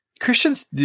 Christians